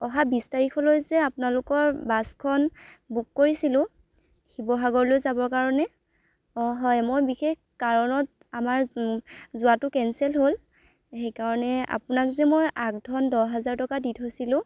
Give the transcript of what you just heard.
অহা বিছ তাৰিখলৈ যে আপোনালোকৰ বাছখন বুক কৰিছিলো শিৱসাগৰলৈ যাবৰ কাৰণে অঁ হয় মই বিশেষ কাৰণত আমাৰ যোৱাতো কেঞ্চেল হ'ল সেইকাৰণে আপোনাক যে মই আগধন দহ হাজাৰ টকা দি থৈছিলো